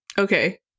Okay